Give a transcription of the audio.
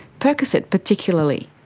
percocet particularly.